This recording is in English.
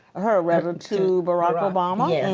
her rather to barack obama. yes.